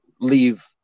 leave